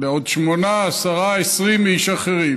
לעוד שמונה, עשרה, 20 איש אחרים,